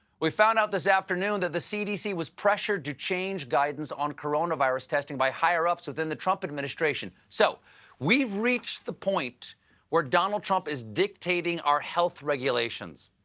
we found out this after that the c d c. was pressured to change guidance on coronavirus testing by higher ups within the trump administration. so we've reached the point where donald trump is dictating our health regulations.